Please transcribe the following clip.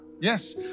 Yes